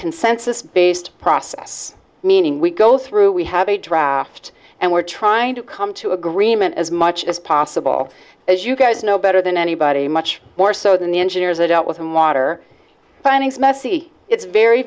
consensus based process meaning we go through we have a draft and we're trying to come to agreement as much as possible as you guys know better than anybody much more so than the engineers are dealt with and water fine is messy it's very